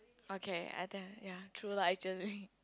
okay I think ya true lah actually